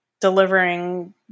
delivering